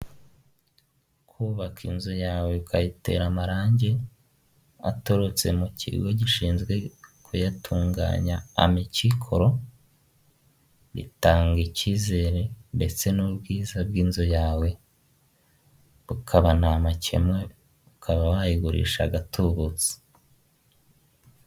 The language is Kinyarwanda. Kubaka inzu yawe ukayitera amarangi atururutse mu kigo gishinzwe kuyatunganya amekikoro; bitanga icyizere ndetse n'ubwiza bw'inzu yawe. Ukaba nta makemwa ukaba wayigurisha agatubutse.